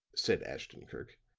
said ashton-kirk.